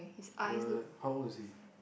what how old is he